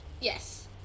Yes